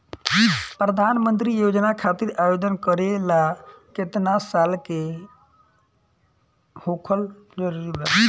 प्रधानमंत्री योजना खातिर आवेदन करे ला केतना साल क होखल जरूरी बा?